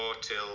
till